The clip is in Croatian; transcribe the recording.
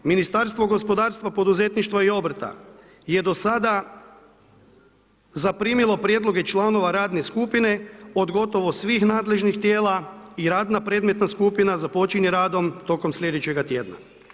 Ministarstvo gospodarstva, poduzetništva i obrta je do sada zaprimilo prijedloge članova radne skupine od gotovo svih nadležnih tijela i radna predmetna skupina započinje radom tokom sljedećega tjedna.